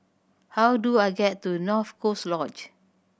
how do I get to North Coast Lodge